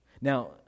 Now